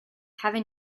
heaven